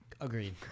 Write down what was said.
Agreed